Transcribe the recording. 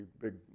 big